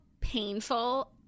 painful